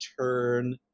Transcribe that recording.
turn